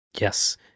Yes